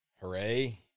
Hooray